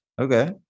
Okay